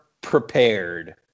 prepared